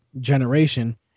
generation